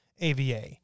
AVA